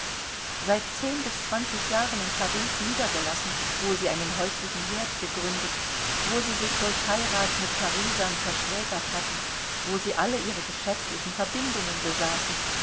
seit zehn bis zwanzig jahren in paris niedergelassen wo sie einen häuslichen herd gegründet wo sie sich durch heirat mit parisern verschwägert hatten wo sie alle ihre geschäftlichen verbindungen besaßen